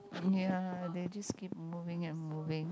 mm ya they just keep moving and moving